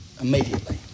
immediately